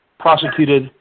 Prosecuted